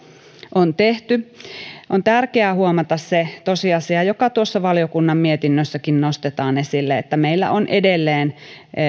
on tehty on tärkeää huomata se tosiasia joka tuossa valiokunnan mietinnössäkin nostetaan esille että meillä on edelleen